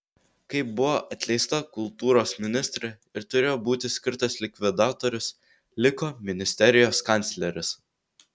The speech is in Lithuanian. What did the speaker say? kai buvo atleista kultūros ministrė ir turėjo būti skirtas likvidatorius liko ministerijos kancleris